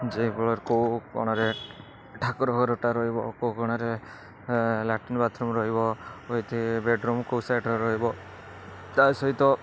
ଯେ କେଉଁ କୋଣରେ ଠାକୁର ଘରଟା ରହିବ କେଉଁ କୋଣରେ ଲାଟ୍ରିନ୍ ବାଥରୁମ୍ ରହିବ ୱିଥ୍ ବେଡ଼ରୁମ୍ କେଉଁ ସାଇଡ଼୍ରେ ରହିବ ତା ସହିତ